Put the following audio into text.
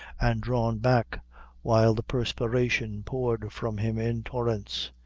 and drawn back while the perspiration poured from him in torrents.